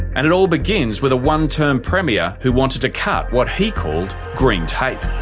and it all begins with a one-term premier who wanted to cut what he called green tape.